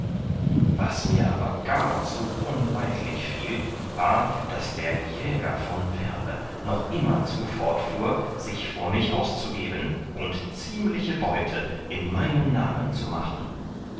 was mir aber gar zu unleidlich fiel war daß der jäger von werle noch immerzu fortfuhr sich vor mich auszugeben und ziemliche beute in meinem namen zu machen